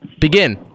begin